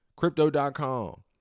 crypto.com